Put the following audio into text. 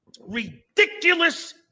ridiculous